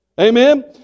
Amen